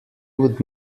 would